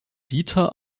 dieter